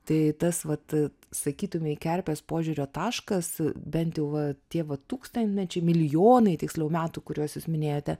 tai tas vat sakytumei kerpės požiūrio taškas bent jau va tie va tūkstantmečiai milijonai tiksliau metų kuriuos jūs minėjote